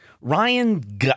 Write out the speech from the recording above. Ryan